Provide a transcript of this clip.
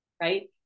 right